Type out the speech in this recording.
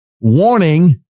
warning